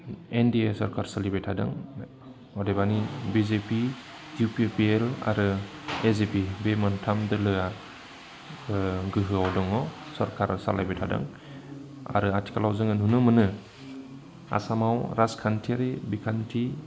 N D A सोरखार सोलिबाय थादों अदेबानि BJP U P P L आरो एजिपि बे मोनथाम दोलोआ गोहोआव दङ सरकार सालायबाय थादों आरो आथिखालाव जोङो नुनो मोनो आसामाव राजखान्थियारि बिखान्थि